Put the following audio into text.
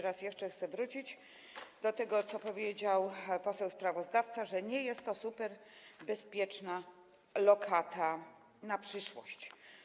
Raz jeszcze chcę wrócić do tego, co powiedział poseł sprawozdawca: że nie jest to superbezpieczna lokata na przyszłość.